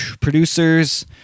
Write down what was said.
Producers